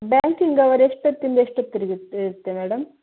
banking hour ಎಷ್ಟು ಹೊತ್ತಿಂದ ಎಷ್ಟು ಹೊತ್ತ್ವರೆಗೆ ಇರುತ್ತೆ ಇರುತ್ತೆ ಮೇಡಮ್